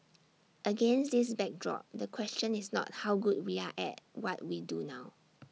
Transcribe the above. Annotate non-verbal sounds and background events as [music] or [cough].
[noise] against this backdrop the question is not how good we are at what we do now